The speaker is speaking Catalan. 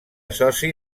soci